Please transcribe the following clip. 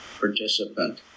participant